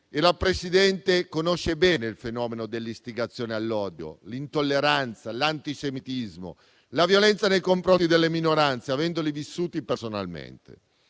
e la Presidente conosce bene i fenomeni dell'istigazione all'odio, dell'intolleranza, dell'antisemitismo e della violenza nei confronti delle minoranze, avendoli vissuti personalmente.